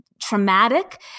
traumatic